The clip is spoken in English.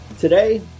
Today